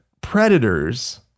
predators